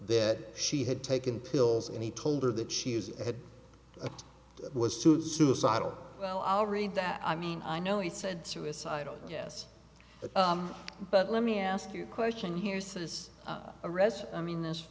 that she had taken pills and he told her that she has had a was to suicidal well i'll read that i mean i know he said suicidal yes but but let me ask you a question here says a rest i mean this